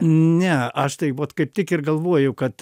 ne aš tai vat kaip tik ir galvoju kad